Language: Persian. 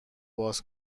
باز